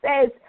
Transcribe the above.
says